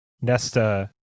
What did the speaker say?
nesta